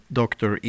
doctor